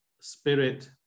spirit